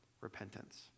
repentance